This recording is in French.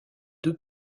deux